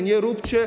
Nie róbcie.